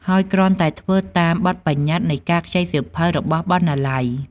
ហើយគ្រាន់តែធ្វើតាមបទប្បញ្ញត្តិនៃការខ្ចីសៀវភៅរបស់បណ្ណាល័យ។